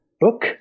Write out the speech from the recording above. book